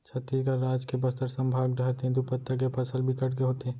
छत्तीसगढ़ राज के बस्तर संभाग डहर तेंदूपत्ता के फसल बिकट के होथे